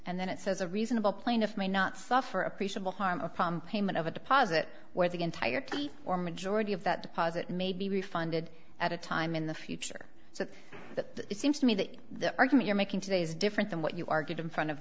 and then it says a reasonable plaintiff may not suffer appreciable harm upon payment of a deposit where the entire case or majority of that deposit may be refunded at a time in the future so that it seems to me that the argument you're making today is different than what you argued in front of